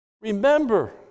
Remember